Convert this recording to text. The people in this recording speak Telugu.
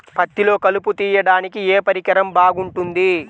పత్తిలో కలుపు తీయడానికి ఏ పరికరం బాగుంటుంది?